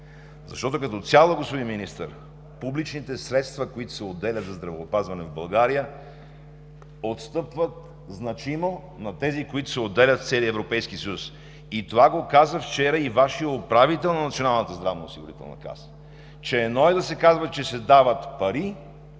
защото, като цяло, господин Министър, публичните средства, които се отделят за здравеопазване в България, отстъпват значимо на тези, които се отделят в целия Европейски съюз. Това вчера го каза и Вашият управител на Националната здравноосигурителна каса, че едно е да се казва, че се дават пари,